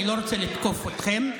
אני לא רוצה לתקוף אתכם.